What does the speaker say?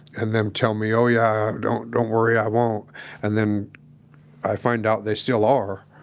and then tell me, oh yeah, don't don't worry, i won't and then i find out they still are.